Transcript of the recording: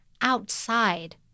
outside